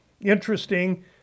interesting